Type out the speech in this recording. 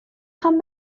خوام